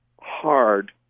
hard